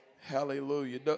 Hallelujah